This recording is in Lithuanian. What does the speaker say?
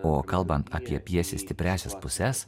o kalbant apie pjesės stipriąsias puses